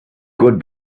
good